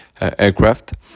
aircraft